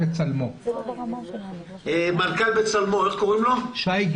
הדברים האלה משתלבים זה בזה והם לא צריכים להוות